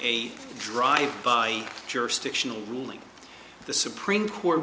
a drive by jurisdictional rulings the supreme court